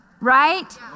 right